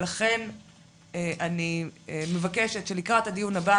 ולכן אני מבקשת שלקראת הדיון הבא